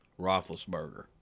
Roethlisberger